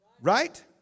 Right